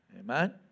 Amen